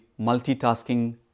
multitasking